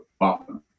often